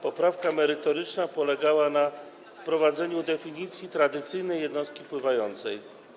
Poprawka merytoryczna polegała na wprowadzeniu definicji tradycyjnej jednostki pływającej.